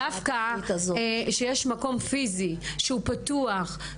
דווקא כשיש מקום פיזי שהוא פתוח,